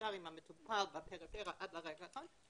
נשאר עם המטופל בפריפריה עד לרגע האחרון,